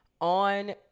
on